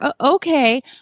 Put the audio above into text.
okay